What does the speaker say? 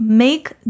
make